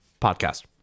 podcast